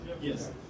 yes